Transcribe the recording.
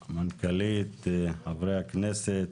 חברי הכנסת,